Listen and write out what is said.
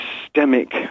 systemic